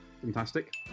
Fantastic